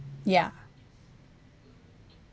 ya